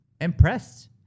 impressed